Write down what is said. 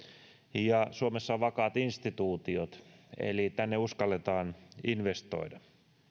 ja suomessa on vakaat instituutiot eli tänne uskalletaan investoida